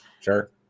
Sure